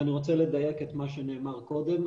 ואני רוצה לדייק את מה שנאמר קודם,